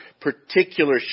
particular